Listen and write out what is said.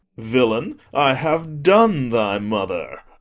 villain, i have done thy mother.